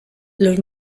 los